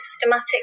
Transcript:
systematic